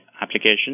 application